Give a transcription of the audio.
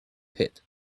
pit